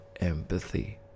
empathy